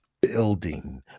building